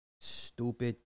stupid